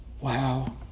Wow